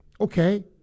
Okay